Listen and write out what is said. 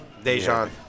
Dejan